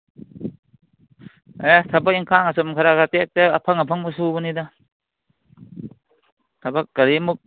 ꯑꯦ ꯊꯕꯛ ꯏꯪꯈꯥꯡ ꯁꯨꯝ ꯈꯔ ꯈꯔ ꯇꯦꯛ ꯇꯦꯛ ꯑꯐꯪ ꯑꯐꯪꯕ ꯁꯨꯕꯅꯤꯗ ꯊꯕꯛ ꯀꯔꯤꯃꯨꯛ